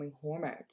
hormones